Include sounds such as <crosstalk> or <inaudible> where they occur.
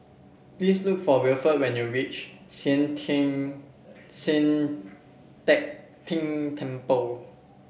please look for Wilford when you reach Sian <unintelligible> Sian Teck Tng Temple